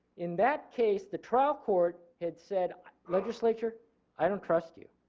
in that case the trial court had said legislature i don't trust you,